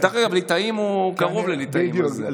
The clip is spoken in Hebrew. דרך אגב, ליטאי קרוב, בדיוק.